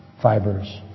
fibers